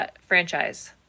franchise